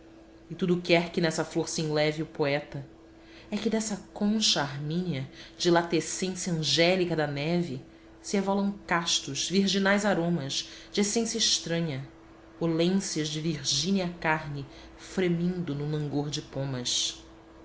e tudo quer que nessa flor se enleve o poeta é que dessa concha armínea da lactescência angélica da neve se evolam castos virginais aromas de essência estranha olências de virgínea carne fremindo num langor de pomas